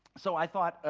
so i thought,